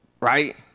Right